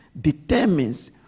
determines